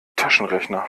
taschenrechner